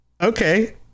okay